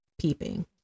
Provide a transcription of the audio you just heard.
peeping